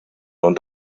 und